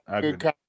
good